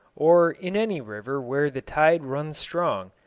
or in any river where the tide runs strong,